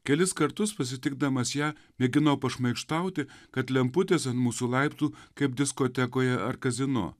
kelis kartus pasitikdamas ją mėginau pašmaikštauti kad lemputės ant mūsų laiptų kaip diskotekoje ar kazino